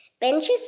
Benches